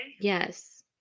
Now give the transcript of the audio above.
Yes